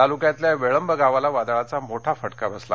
तालुक्यातल्या वेळंब गावाला वादळाचा मोठा फटका बसला